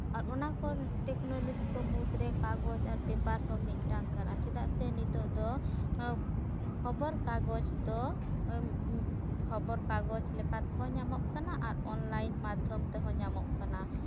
ᱟᱨ ᱚᱱᱟᱠᱚ ᱴᱮᱠᱱᱚᱞᱚᱡᱤ ᱢᱩᱫᱽ ᱨᱮ ᱠᱟᱜᱚᱡᱽ ᱟᱨ ᱯᱮᱯᱟᱨᱦᱚᱸ ᱢᱤᱫᱴᱟᱝ ᱠᱟᱱᱟ ᱪᱮᱫᱟᱜ ᱥᱮ ᱱᱤᱛᱚᱜ ᱫᱚ ᱠᱷᱚᱵᱚᱨ ᱠᱟᱜᱚᱡᱽ ᱫᱚ ᱠᱷᱚᱵᱚᱨ ᱠᱟᱜᱚᱡᱽ ᱞᱮᱠᱟᱛᱮᱦᱚᱸ ᱧᱟᱢᱚᱜ ᱠᱟᱱᱟ ᱟᱨ ᱚᱱᱞᱟᱭᱤᱱ ᱢᱟᱫᱽᱫᱷᱚᱢ ᱛᱮᱦᱚᱸ ᱧᱟᱢᱚᱜ ᱠᱟᱱᱟ